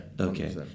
Okay